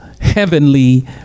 heavenly